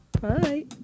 Bye